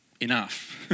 enough